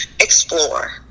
explore